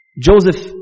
Joseph